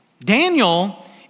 Daniel